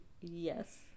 Yes